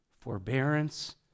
forbearance